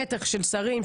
בטח של שרים,